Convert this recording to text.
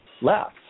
left